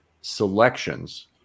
selections